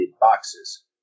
boxes